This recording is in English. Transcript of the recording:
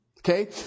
Okay